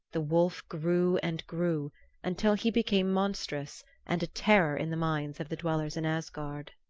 the wolf grew and grew until he became monstrous and a terror in the minds of the dwellers in asgard.